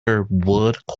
woodcourt